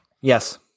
Yes